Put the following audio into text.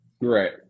Right